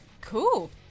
Cool